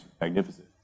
magnificent